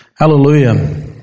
Hallelujah